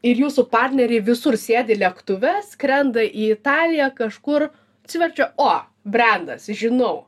ir jūsų partneriai visur sėdi lėktuve skrenda į italiją kažkur atsiverčia o brendas žinau